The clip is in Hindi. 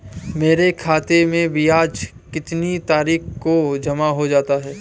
मेरे खाते में ब्याज कितनी तारीख को जमा हो जाता है?